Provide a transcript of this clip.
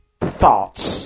Thoughts